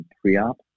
pre-op